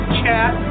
chat